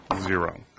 zero